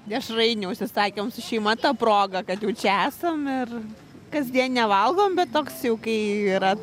dešrainių užsisakėm su šeima ta proga kad jau čia esam ir kasdien nevalgom bet toks jau kai yra